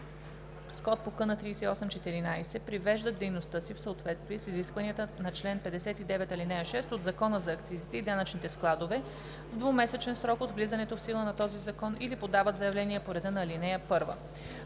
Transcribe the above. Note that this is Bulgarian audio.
с код по КН 3814, привеждат дейността си в съответствие с изискванията на чл. 59, ал. 6 от Закона за акцизите и данъчните складове в двумесечен срок от влизането в сила на този закон или подават заявление по реда на ал. 1.“